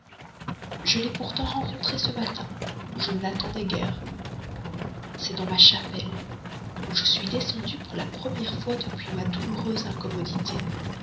je l'ai pourtant rencontré ce matin où je ne l'attendais guère c'est dans ma chapelle où je suis descendue pour la première fois depuis ma douloureuse incommodité